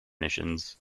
missions